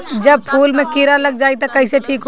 जब फूल मे किरा लग जाई त कइसे ठिक होई?